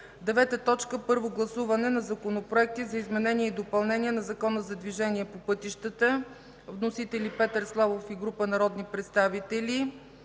съвет. 9. Първо гласуване на законопроекти за изменение и допълнение на Закона за движението по пътищата. Вносители: Петър Славов и група народни представители